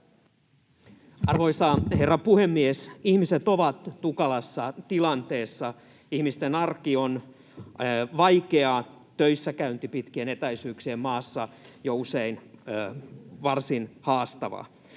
Arvoisa herra puhemies! Ihmiset ovat tukalassa tilanteessa, ihmisten arki on vaikeaa, töissäkäynti pitkien etäisyyksien maassa jo usein varsin haastavaa.